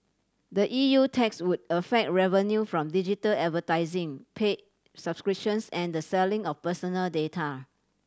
the E U tax would affect revenue from digital advertising pay subscriptions and the selling of personal data